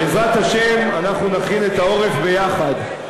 בעזרת השם אנחנו נכין את העורף יחד.